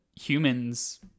humans